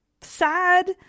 sad